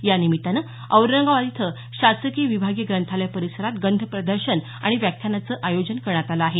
या निमित्तानं औरंगाबाद इथं शासकीय विभागीय ग्रंथालय परिसरात ग्रंथ प्रदर्शन आणि व्याख्यानाचं आयोजन करण्यात आलं आहे